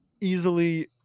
Easily